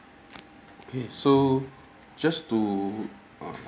okay so just to uh